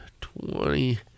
twenty